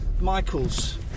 Michael's